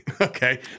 okay